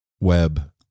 web